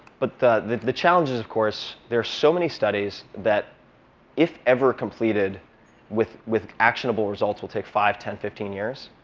but the the challenges, of course there are so many studies that if ever completed with with actionable results will take five, ten, fifteen years.